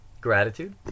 Gratitude